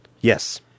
Yes